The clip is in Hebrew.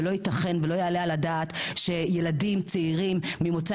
ולא ייתכן ולא יעלה על הדעת שילדים צעירים ממוצא